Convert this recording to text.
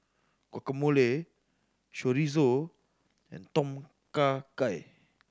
Guacamole Chorizo and Tom Kha Gai